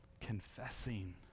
confessing